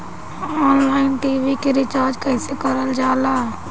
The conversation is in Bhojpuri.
ऑनलाइन टी.वी के रिचार्ज कईसे करल जाला?